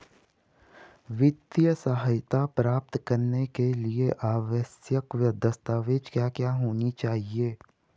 वित्तीय सहायता प्राप्त करने के लिए आवश्यक दस्तावेज क्या क्या होनी चाहिए?